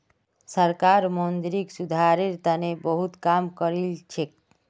सरकार मौद्रिक सुधारेर तने बहुत काम करिलछेक